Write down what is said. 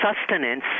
sustenance